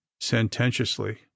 sententiously